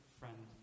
friend